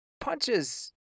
punches